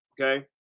okay